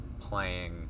playing